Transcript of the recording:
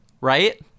right